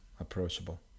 approachable